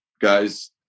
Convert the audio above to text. guys